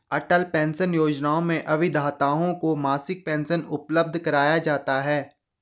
अटल pension योजना में अभिदाताओं को मासिक पेंशन उपलब्ध कराया जाता है